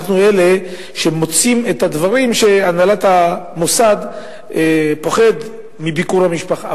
אנחנו אלה שמוצאים את הדברים שהנהלת המוסד מפחדת בגללם מביקור המשפחה.